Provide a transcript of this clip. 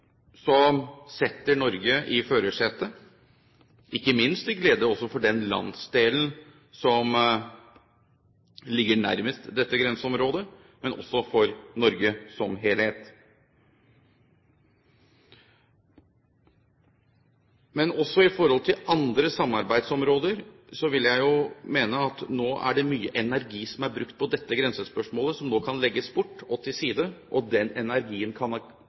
setter Norge i førersetet, ikke minst til glede for den landsdelen som ligger nærmest dette grenseområdet, men også for Norge som helhet. Når det gjelder andre samarbeidsområder, vil jeg mene at det nå er brukt mye energi på dette grensespørsmålet, som nå kan legges til side, og at energien kan